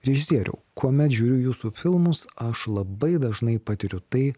režisieriau kuomet žiūriu jūsų filmus aš labai dažnai patiriu tai